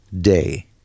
day